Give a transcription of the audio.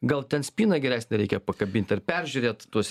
gal ten spyną geresnę reikia pakabint ar peržiūrėt tuos